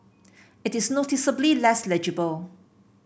it is noticeably less legible